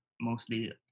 mostly